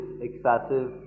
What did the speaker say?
excessive